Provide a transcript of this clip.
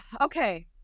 Okay